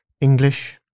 English